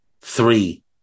three